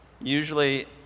Usually